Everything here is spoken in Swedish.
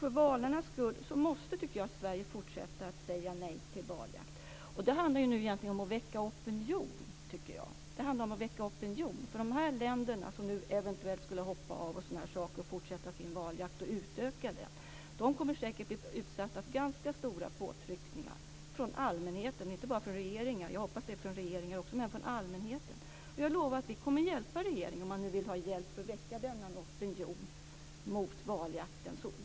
För valarnas skull tycker jag att Sverige måste fortsätta att säga nej till valjakt. Nu handlar det egentligen om att väcka opinion, tycker jag. De här länderna, som nu eventuellt skulle hoppa av IWC och fortsätta och utöka sin valjakt, kommer säkert att bli utsatta för ganska stora påtryckningar från allmänheten, inte bara från regeringar. Jag hoppas att det blir från regeringar också, men från allmänheten. Jag lovar att vi kommer att hjälpa regeringen, om man nu vill ha hjälp, för att väcka denna opinion mot valjakt.